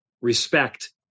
respect